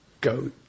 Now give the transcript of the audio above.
go